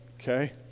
okay